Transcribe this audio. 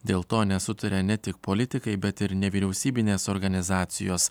dėl to nesutaria ne tik politikai bet ir nevyriausybinės organizacijos